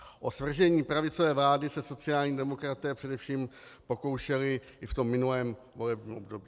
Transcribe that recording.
O svržení pravicové vlády se sociální demokraté především pokoušeli i v minulém volebním období.